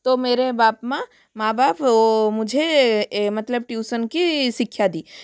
तो मेरे बाप माँ माँ बाप वह मुझे मतलब ट्यूसन की शिक्षा दी